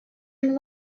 and